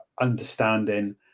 understanding